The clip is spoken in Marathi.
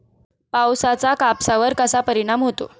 पावसाचा कापसावर कसा परिणाम होतो?